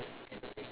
ya correct